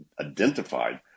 identified